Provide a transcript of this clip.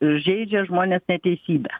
žeidžia žmones neteisybė